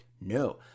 no